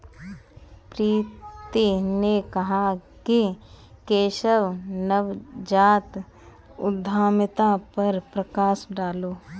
प्रीति ने कहा कि केशव नवजात उद्यमिता पर प्रकाश डालें